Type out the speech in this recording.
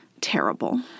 terrible